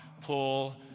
pull